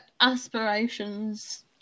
aspirations